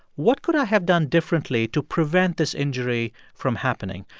what could i have done differently to prevent this injury from happening?